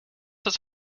das